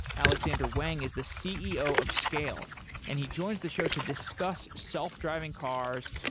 alexandr wang is the ceo of scale and he joins the show to discuss self-driving cars,